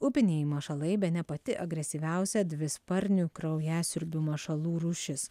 upiniai mašalai bene pati agresyviausia dvisparnių kraujasiurbių mašalų rūšis